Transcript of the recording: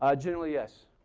ah generally, yes.